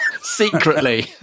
secretly